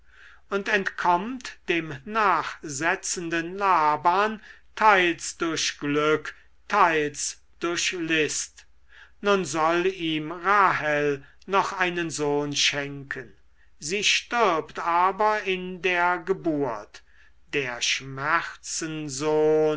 und entkommt dem nachsetzenden laban teils durch glück teils durch list nun soll ihm rahel noch einen sohn schenken sie stirbt aber in der geburt der